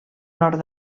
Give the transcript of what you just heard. nord